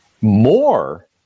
more